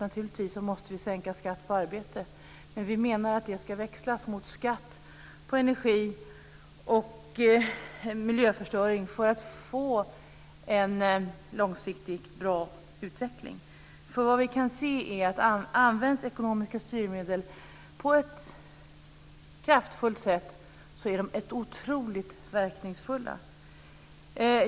Naturligtvis måste vi sänka skatten på arbete, men vi menar att det ska växlas mot skatt på energi och miljöförstöring, så att vi får en långsiktigt bra utveckling. Vad vi kan se är att ekonomiska styrmedel, om de används på ett kraftfullt sätt, är otroligt verkningsfulla.